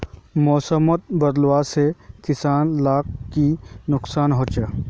मौसम बदलाव से किसान लाक की नुकसान होचे?